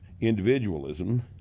individualism